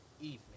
evening